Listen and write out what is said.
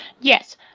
yes